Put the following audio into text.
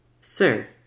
Sir